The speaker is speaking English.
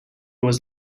was